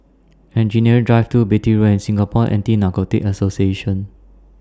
Engineering Drive two Beatty Road and Singapore Anti Narcotics Association